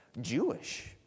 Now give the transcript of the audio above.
Jewish